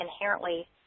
inherently